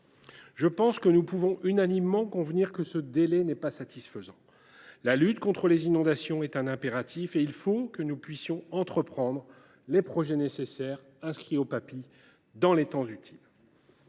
Je pense que nous pouvons unanimement convenir que ce délai n’est pas satisfaisant. La lutte contre les inondations est un impératif et il faut que nous puissions entreprendre les projets inscrits dans les Papi dans les meilleurs